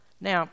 Now